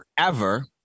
forever